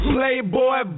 Playboy